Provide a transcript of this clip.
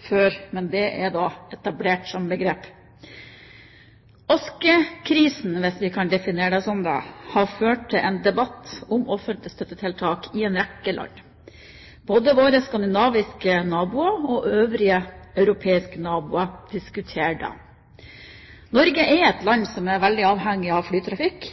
før, men det er nå etablert som begrep. Askekrisen, hvis vi kan definere det som det, har ført til en debatt om offentlige støttetiltak i en rekke land. Både våre skandinaviske naboer og øvrige europeiske naboer diskuterer det. Norge er et land som er veldig avhengig av flytrafikk,